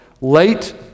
late